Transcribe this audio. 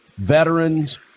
veterans